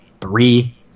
three